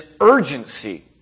urgency